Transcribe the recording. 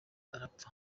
arapfa